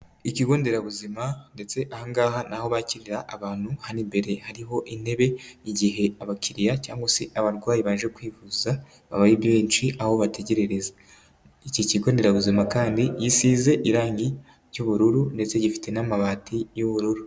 Ikigo nderabuzima ndetse aha ngaha ni aho bakirira abantu hano imbere hariho intebe y'igihe abakiriya cyangwa se abarwayi baje kwivuza baba ari benshi aho bategererereza, iki kigo nderabuzima kandi yisize irangi ry'ubururu ndetse gifite n'amabati y'ubururu.